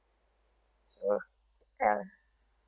so ya